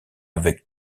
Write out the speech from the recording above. avec